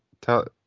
Tell